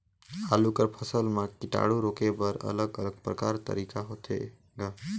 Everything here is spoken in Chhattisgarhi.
आलू कर फसल म कीटाणु रोके बर अलग अलग प्रकार तरीका होथे ग?